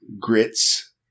Grits